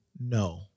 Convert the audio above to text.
no